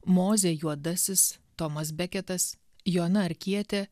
mozė juodasis tomas beketas joana arkietė